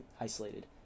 isolated